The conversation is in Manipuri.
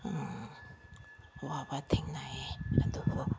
ꯑꯋꯥꯕ ꯊꯦꯡꯅꯩꯌꯦ ꯑꯗꯨꯕꯨ